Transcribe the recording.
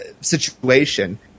situation